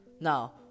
Now